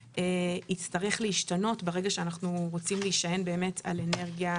יצטרך להשתנות ברגע שאנחנו רוצים להישען באמת על אנרגיה